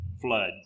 flood